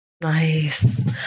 Nice